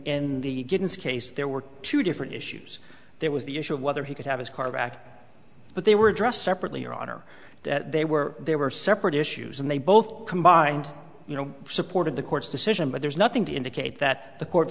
the case there were two different issues there was the issue of whether he could have his car back but they were addressed separately your honor they were they were separate issues and they both combined you know supported the court's decision but there's nothing to indicate that the court